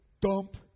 dump